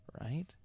Right